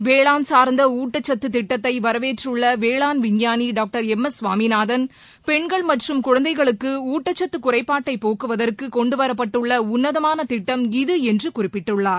வேளாண் சார்ந்த ஊட்டச்சத்து திட்டத்தை வரவேற்றுள்ள வேளாண் விஞ்ஞானி டாக்டர் எம் எஸ் சுவாமிநாதன் பெண்கள் மற்றும் குழந்தைகளுக்கு கொண்டுவரப்பட்டுள்ள உன்னதமான திட்டம் இது என்று குறிப்பிட்டுள்ளார்